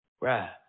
Right